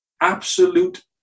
Absolute